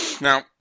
Now